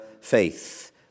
faith